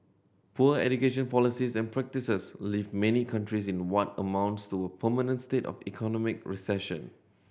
poor education policies and practices leave many countries in what amounts to a permanent state of economic recession